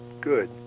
good